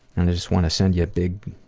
and i just wanna send you a big,